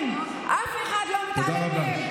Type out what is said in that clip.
ואף אחד לא מתעלם מהם.